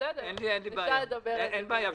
אין בעיה.